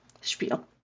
spiel